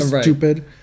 stupid